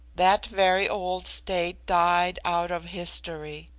that very old state died out of history.